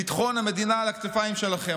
ביטחון המדינה על הכתפיים שלכם.